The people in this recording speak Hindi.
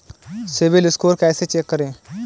सिबिल स्कोर कैसे चेक करें?